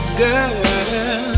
girl